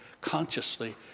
consciously